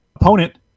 opponent